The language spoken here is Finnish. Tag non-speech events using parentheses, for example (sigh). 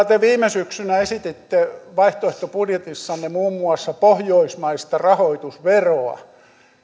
(unintelligible) te viime syksynä esititte vaihtoehtobudjetissanne muun muassa pohjoismaista rahoitusveroa